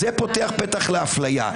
מנסה לסיים את דבריי בזמן